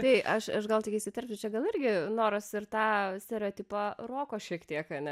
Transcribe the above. tai aš aš gal tik įsiterpsiu čia gal irgi noras ir tą stereotipą roko šiek tiek ane